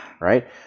Right